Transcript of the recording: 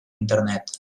internet